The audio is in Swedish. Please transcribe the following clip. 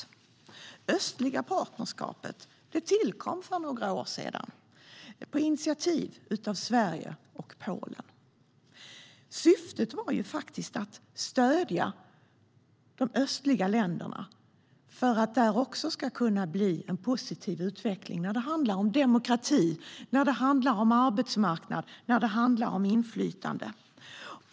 Östliga partnerskapet tillkom för några år sedan på initiativ av Sverige och Polen. Syftet var att stödja de östliga länderna för att det också där ska bli en positiv utveckling av demokrati, arbetsmarknad och inflytande.